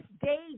day